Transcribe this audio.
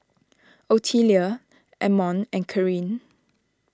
Otelia Ammon and Carin